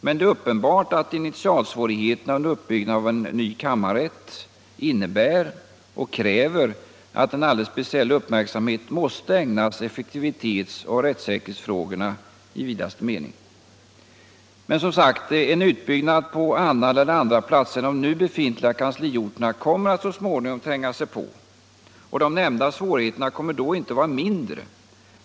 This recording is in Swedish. Det är dock uppenbart att initialsvårigheterna under uppbyggnaden av en ny kammarrätt innebär att en alldeles speciell uppmärksamhet måste ägnas effektivitetsoch rättssäkerhetsfrågorna i vidare mening. Men, som sagt, en utbyggnad på annan eller andra platser än de nu befintliga kansliorterna kommer att så småningom tränga sig på, och de nämnda svårigheterna kommer inte att vara mindre då.